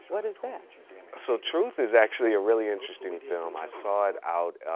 what is that? so truth is actually a really interesting film, i saw it out,